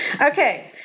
Okay